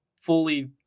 fully